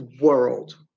world